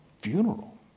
funeral